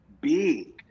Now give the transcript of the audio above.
big